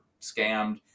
scammed